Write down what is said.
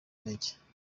intege